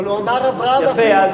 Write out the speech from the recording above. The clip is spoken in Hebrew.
אבל הוא אמר: אברהם אבינו.